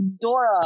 Dora